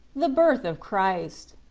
the birth of christ.